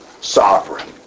sovereign